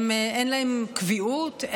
אין להם קביעות,